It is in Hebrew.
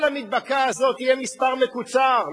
על המדבקה הזאת יהיה מספר מקוצר,